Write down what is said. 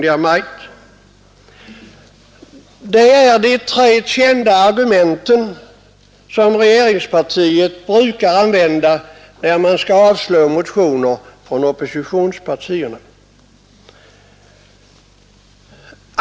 Det är de tre kända argumenten, som regeringspartiet brukar åberopa för att avslå motioner från oppositionspartierna.